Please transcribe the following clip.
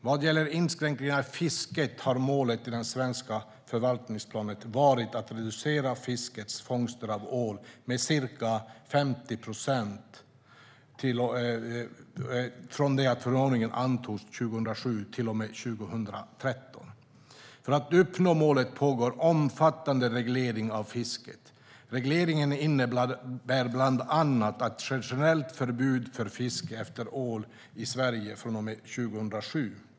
Vad gäller inskränkningar i fisket har målet i den svenska förvaltningsplanen varit att reducera fiskets fångster av ål med ca 50 procent från det att förordningen antogs år 2007 till och med 2013. För att uppnå målet pågår omfattande reglering av fisket. Regleringen innebär bland annat ett generellt förbud för fiske efter ål i Sverige från och med 2007.